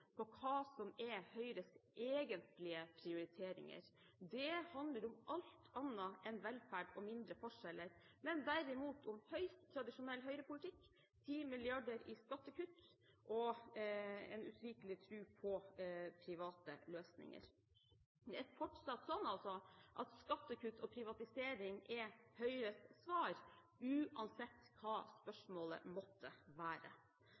på hva som er Høyres egentlige prioriteringer. Det handler om alt annet enn velferd og mindre forskjeller, men derimot om høyst tradisjonell Høyre-politikk: 10 mrd. kr i skattekutt og en usvikelig tro på private løsninger. Det er fortsatt sånn at skattekutt og privatisering er Høyres svar, uansett hva spørsmålet måtte være.